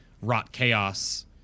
Rot-Chaos